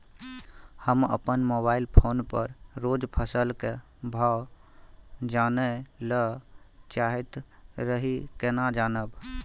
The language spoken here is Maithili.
हम अपन मोबाइल फोन पर रोज फसल के भाव जानय ल चाहैत रही केना जानब?